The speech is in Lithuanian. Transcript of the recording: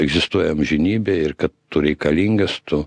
egzistuoja amžinybė ir kad tu reikalingas tu